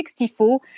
64